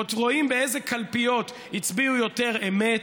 רואים באיזה קלפיות הצביעו יותר אמת,